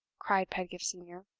cried pedgift senior.